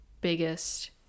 biggest